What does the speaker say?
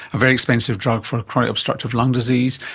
a very expensive drug for chronic obstructive lung disease.